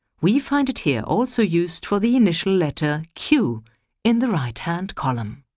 we find it here also used for the initial letter q in the right hand column.